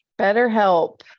BetterHelp